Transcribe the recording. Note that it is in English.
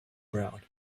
brown